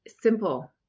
simple